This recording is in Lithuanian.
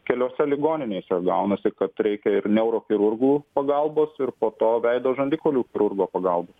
keliose ligoninėse gaunasi kad reikia ir neurochirurgų pagalbos ir po to veido žandikaulių chirurgo pagalbos